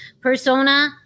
persona